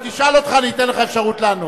ניתן לך אפשרות לענות.